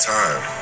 time